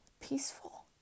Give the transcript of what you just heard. peaceful